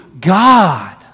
God